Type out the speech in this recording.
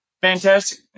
fantastic